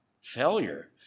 Failure